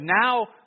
now